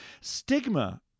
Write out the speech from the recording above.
Stigma